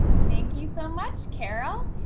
thank you so much, carol.